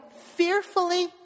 fearfully